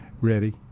ready